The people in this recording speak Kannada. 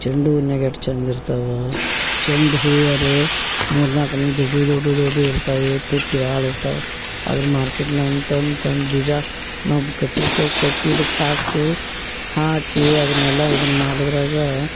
ಚೆಂಡು ಹೂವಿನ್ಯಾಗ ಎಷ್ಟು ಚಂದ ಇರ್ತಾವೆ ಚೆಂಡು ಹೂವು ರೇ ಮೂರು ನಾಲ್ಕು ದೊಡ್ಡ ದೊಡ್ಡ ದೊಡ್ಡ ಇರ್ತವೆ ತುಟ್ಟಿ ಭಾಳ ಇರ್ತಾವೆ ಅದನ್ನು ಮಾರ್ಕೆಟ್ನಾಗ ತಂದು ತಂದು ಬೀಜ ನಾವು ಕಟ್ಟಿರ್ತೇವೆ ಕಟ್ಟಿ ಇದಕ್ಕೆ ಹಾಕ್ತೇವೆ ಹಾಕಿ ಅದನ್ನೆಲ್ಲ ಇದನ್ನು ಮಾಡುದರಾಗ